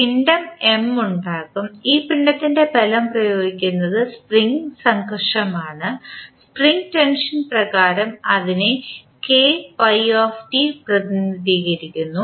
പിണ്ഡം M ഉണ്ടാകും ഈ പിണ്ഡത്തിൽ ബലം പ്രയോഗിക്കുന്നത് സ്പ്രിംഗ് സംഘർഷമാണ് സ്പ്രിംഗ് ടെൻഷൻ പകരം അതിനെ പ്രതിനിധീകരിക്കുന്നു